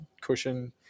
cushion